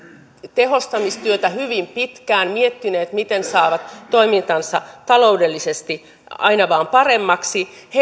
tehostamistyötä hyvin pitkään miettineet miten saavat toimintansa taloudellisesti aina vain paremmaksi